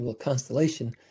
constellation